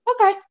Okay